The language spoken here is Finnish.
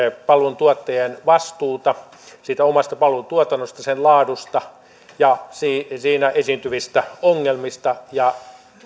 palveluntuottajien vastuuta omasta palvelutuotannostaan sen laadusta ja siinä esiintyvistä ongelmista